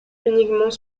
uniquement